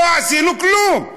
לא עשינו כלום.